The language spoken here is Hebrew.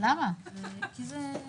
לגבי סעיף 20, מה שהצבעת כבר.